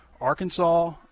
Arkansas